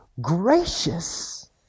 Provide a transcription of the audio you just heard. gracious